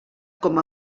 com